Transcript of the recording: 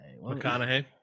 McConaughey